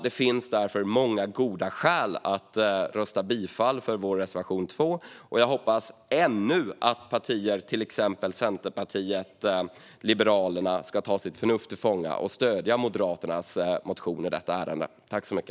Det finns därför många goda skäl att rösta på vår reservation 2, och jag hoppas ännu att till exempel Centerpartiet och Liberalerna ska ta sitt förnuft till fånga och stödja Moderaternas reservation i detta ärende.